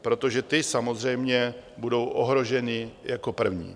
Protože ty samozřejmě budou ohroženy jako první.